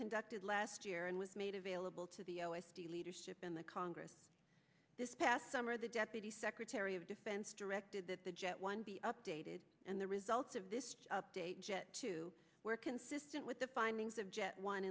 conducted last year and was made available to the o s d leadership in the congress this past summer the deputy secretary of defense directed that the jet one be updated and the results of this update jet two were consistent with the findings of jet one